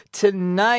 Tonight